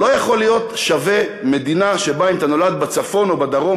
לא יכול להיות שווה מדינה שבה אם אתה נולד בצפון או בדרום,